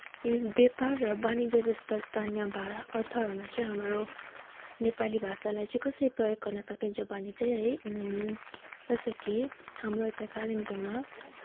यस व्यापार र वाणिज्य जस्ता स्थानीय अर्थहरूमा चाहिँ हाम्रो नेपाली भाषालाई चाहिँ कसरी प्रयोग गर्न सकिन्छ भने चाहिँ है जस्तै कि हाम्रो यता कालिम्पोङमा